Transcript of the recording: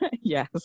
yes